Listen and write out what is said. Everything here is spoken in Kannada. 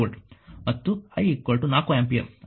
v 5 ವೋಲ್ಟ್ ಮತ್ತು I 4 ಆಂಪಿಯರ್